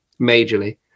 majorly